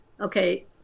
okay